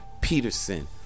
Peterson